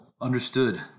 Understood